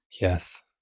yes